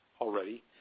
already